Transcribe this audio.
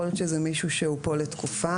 יכול להיות שזה מישהו שהוא כאן לתקופה.